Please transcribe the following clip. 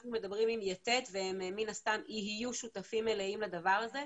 אנחנו מדברים עם יתד והם מן הסתם יהיו שותפים מלאים לדבר הזה.